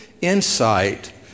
insight